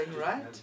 right